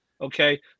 okay